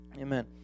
Amen